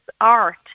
art